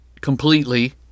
completely